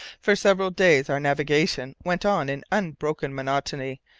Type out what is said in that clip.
for several days our navigation went on in unbroken monotony,